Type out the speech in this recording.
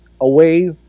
away